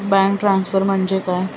Bank transfer म्हणजे काय?